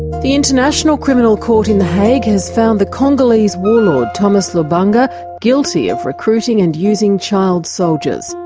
the international criminal court in the hague has found the congolese warlord thomas lubanga guilty of recruiting and using child soldiers.